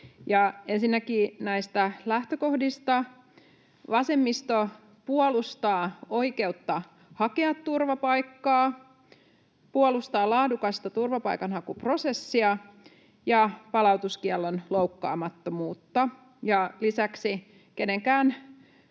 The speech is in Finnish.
Ensinnäkin näistä lähtökohdista: Vasemmisto puolustaa oikeutta hakea turvapaikkaa, puolustaa laadukasta turvapaikanhakuprosessia ja palautuskiellon loukkaamattomuutta. Lisäksi kenenkään